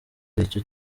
aricyo